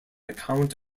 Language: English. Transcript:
account